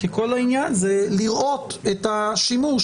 כי כל העניין הוא לראות את השימוש.